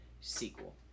sequel